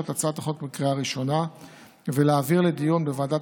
את הצעת החוק בקריאה ראשונה ולהעבירה לדיון בוועדת